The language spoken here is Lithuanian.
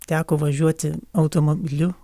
teko važiuoti automobiliu